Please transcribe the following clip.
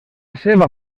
seva